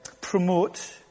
promote